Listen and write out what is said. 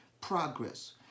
progress